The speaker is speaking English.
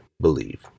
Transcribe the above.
believe